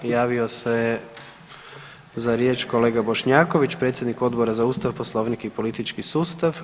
Javio se za riječ kolega Bošnjaković, predsjednik Odbora za Ustav, Poslovnik i politički sustav.